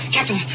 Captain